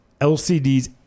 LCDs